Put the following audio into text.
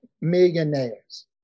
millionaires